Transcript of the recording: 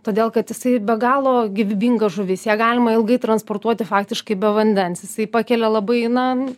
todėl kad jisai be galo gyvybinga žuvis ją galima ilgai transportuoti faktiškai be vandens jisai pakelia labai na